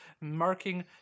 marking